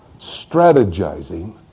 strategizing